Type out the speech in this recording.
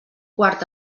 quart